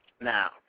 Now